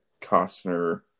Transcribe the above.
Costner